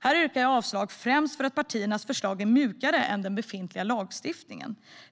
Här yrkar jag avslag främst för att partiernas förslag är mjukare än den befintliga lagstiftningen.